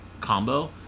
combo